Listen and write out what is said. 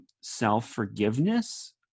self-forgiveness